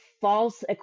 false